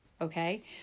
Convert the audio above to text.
Okay